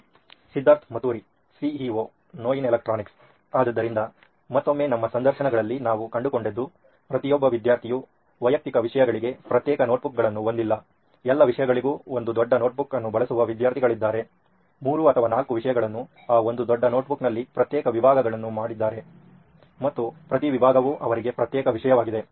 Siddharth Maturi CEO ನೋಯಿನ್ electronics ಆದ್ದರಿಂದ ಮತ್ತೊಮ್ಮೆ ನಮ್ಮ ಸಂದರ್ಶನಗಳಲ್ಲಿ ನಾವು ಕಂಡುಕೊಂಡದ್ದು ಪ್ರತಿಯೊಬ್ಬ ವಿದ್ಯಾರ್ಥಿಯು ವೈಯಕ್ತಿಕ ವಿಷಯಗಳಿಗೆ ಪ್ರತ್ಯೇಕ ನೋಟ್ಬುಕ್ಗಳನ್ನು ಹೊಂದಿಲ್ಲ ಎಲ್ಲಾ ವಿಷಯಗಳಿಗೂ ಒಂದು ದೊಡ್ಡ ನೋಟ್ ಬುಕ್ ಅನ್ನು ಬಳಸುವ ವಿದ್ಯಾರ್ಥಿಗಳಿದ್ದಾರೆ 3 ಅಥವಾ 4 ವಿಷಯಗಳನ್ನು ಆ ಒಂದು ದೊಡ್ಡ ನೋಟ್ ಬುಕ್ ನಲ್ಲಿ ಪ್ರತ್ಯೇಕ ವಿಭಾಗಗಳನ್ನು ಮಾಡಿದ್ದಾರೆ ಮತ್ತು ಪ್ರತಿ ವಿಭಾಗವು ಅವರಿಗೆ ಪ್ರತ್ಯೇಕ ವಿಷಯವಾಗಿದೆ